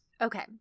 Okay